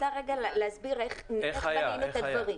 אני מנסה להסביר איך אנחנו רואים את הדברים.